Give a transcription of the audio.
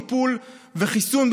טיפול וחיסון.